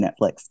Netflix